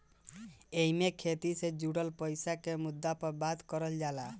एईमे खेती से जुड़ल पईसा के मुद्दा पर बात करल जाला